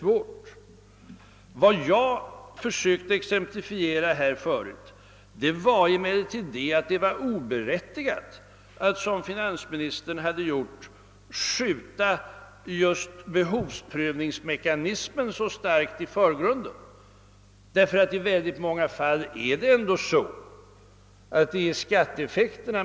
Vad jag försökte exemplifiera förut var emellertid att det är oberättigat att som finansministern: skjuta behovsprövningsmekanismen så starkt i förgrunden. «I oerhört många fall är nämligen.